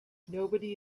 nobody